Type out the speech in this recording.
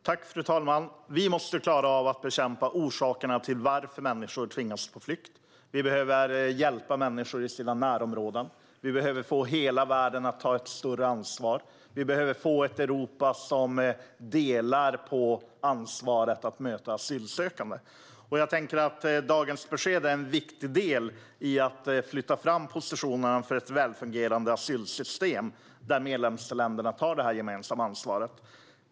Fru talman! Vi måste klara av att bekämpa orsakerna till att människor tvingas på flykt. Vi behöver hjälpa människor i deras närområden. Vi behöver få hela världen att ta ett större ansvar. Vi behöver få ett Europa som delar på ansvaret för att möta asylsökande. Jag tycker att dagens besked är en viktig del i att flytta fram positionerna för ett välfungerande asylsystem där medlemsländerna tar det gemensamma ansvaret.